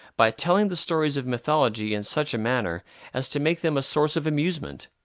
by telling the stories of mythology in such a manner as to make them a source of amusement.